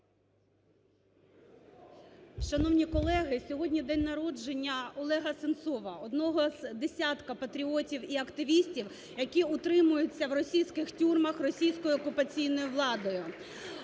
Шановні колеги! Сьогодні день народження Олега Сенцова, одного з десятка патріотів і активістів, які утримуються в російських тюрмах російською окупаційною владою.